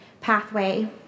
pathway